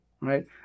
right